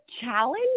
challenge